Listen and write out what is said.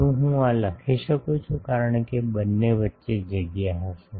શું હું આ લખી શકું છું કારણ કે બંને વચ્ચે જગ્યા હશે